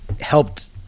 helped